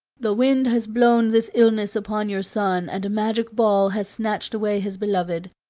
the wind has blown this illness upon your son, and a magic ball has snatched away his beloved.